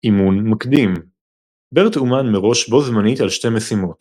אימון מקדים BERT אומן מראש בו-זמנית על שתי משימות